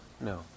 No